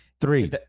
three